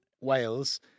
Wales